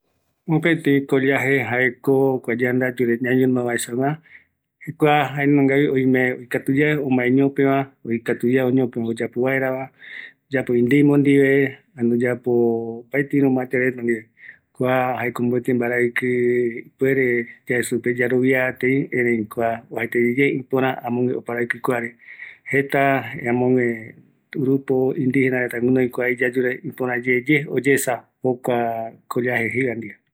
Kua ko mboɨ jae mopëtï yemboetea oñono reta iyeeva, kua mboi maeporaka, yaesava jeta oñono reta iyee kuñareta, oïme oikatu, ipoki yae oyapo retava, oïme oipotarupi oyekua